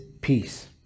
peace